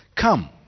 Come